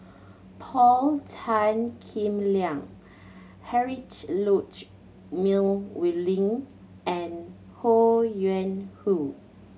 Paul Tan Kim Liang Heinrich meal we link and Ho Yuen Hoe